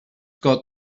got